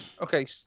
Okay